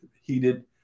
heated